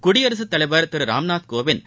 குடியரசுத்தலைவர் திரு ராம்நாத்கோவிந்த்